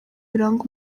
biranga